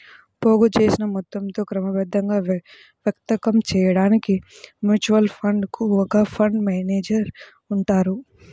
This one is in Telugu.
పోగుచేసిన మొత్తంతో క్రమబద్ధంగా వర్తకం చేయడానికి మ్యూచువల్ ఫండ్ కు ఒక ఫండ్ మేనేజర్ ఉంటారు